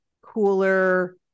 cooler